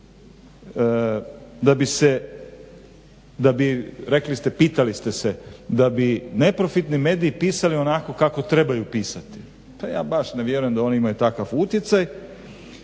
zakona. Rekli ste pitali ste se da bi neprofitni mediji pisali onako kako trebaju pisati, pa ja baš ne vjerujem da oni imaju takav utjecaj.